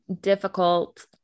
difficult